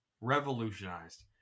revolutionized